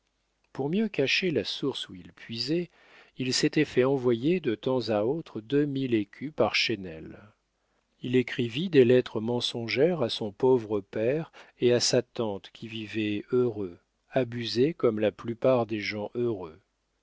pour mieux cacher la source où il puisait il s'était fait envoyer de temps à autre deux mille écus par chesnel il écrivit des lettres mensongères à son pauvre père et à sa tante qui vivaient heureux abusés comme la plupart des gens heureux